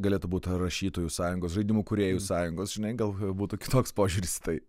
galėtų būt rašytojų sąjungos žaidimų kūrėjų sąjungos žinai gal būtų kitoks požiūris į tai